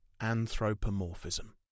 anthropomorphism